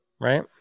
Right